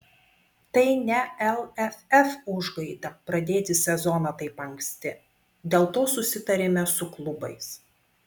tai ne lff užgaida pradėti sezoną taip anksti dėl to susitarėme su klubais